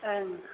ओं